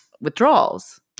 withdrawals